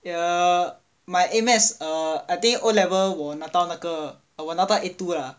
ya my A maths err I think O level 我拿到那个我拿到 A two ah